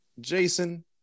Jason